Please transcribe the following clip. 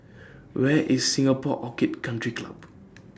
Where IS Singapore Orchid Country Club